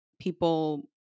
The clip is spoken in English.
people